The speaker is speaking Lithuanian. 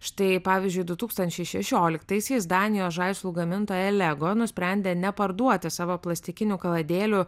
štai pavyzdžiui du tūkstančiai šešioliktaisiais danijos žaislų gamintoja lego nusprendė neparduoti savo plastikinių kaladėlių